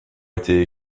été